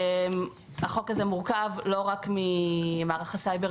החוק הזה מורכב לא רק ממערך הסייבר